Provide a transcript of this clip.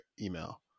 email